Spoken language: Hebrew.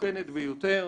מסוכנת ביותר,